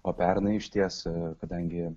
o pernai išties kadangi